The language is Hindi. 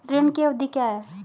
ऋण की अवधि क्या है?